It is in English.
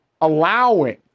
allowing